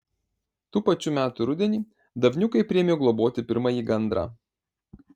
tų pačių metų rudenį davniukai priėmė globoti pirmąjį gandrą